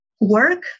work